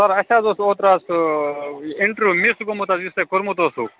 سَر اَسہِ حظ اوس اوترٕ حظ سُہ اِنٹریو مِس گوٚمُت حظ یُس تۄہہِ کوٚرمُت اوسوٕ